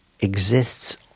exists